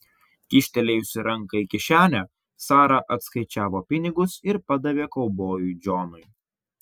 kyštelėjusi ranką į kišenę sara atskaičiavo pinigus ir padavė kaubojui džonui